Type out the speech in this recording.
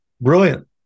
Brilliant